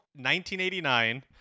1989